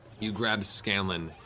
you grab scanlan.